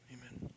amen